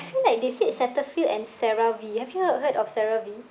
I feel like they said Cetaphil and Cerave have you heard heard of Cerave